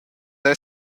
era